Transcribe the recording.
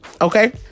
okay